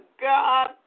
God